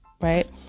right